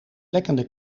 lekkende